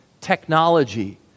technology